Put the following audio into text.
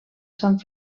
sant